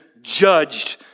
judged